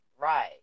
Right